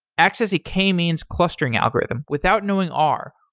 access a k-means clustering algorithm without knowing r,